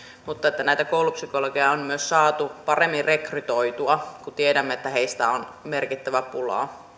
näitä koulupsykologeja on myös saatu paremmin rekrytoitua kun tiedämme että heistä on merkittävä pula